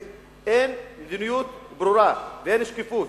אין חלוקה צודקת, אין מדיניות ברורה ואין שקיפות.